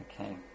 Okay